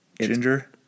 Ginger